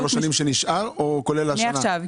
3 שנים או כולל השנה?